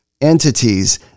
entities